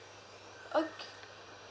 okay